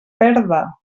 perda